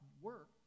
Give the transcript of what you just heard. work